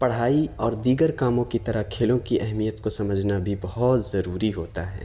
پڑھائی اور دیگر کاموں کی طرح کھیلوں کی اہمیت کو سمجھنا بھی بہت ضروری ہوتا ہے